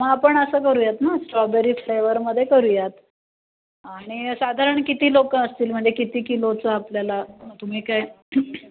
मग आपण असं करूयात ना स्ट्रॉबेरी फ्लेवरमध्ये करूयात आणि साधारण किती लोक असतील म्हणजे किती किलोचं आपल्याला तुम्ही काय